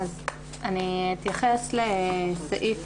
נתחיל מסעיף